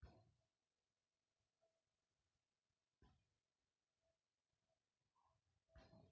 bank of Baroda ह भारत सरकार के स्वामित्व म चलत हे